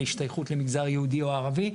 להשתייכות למגזר יהודי או ערבי,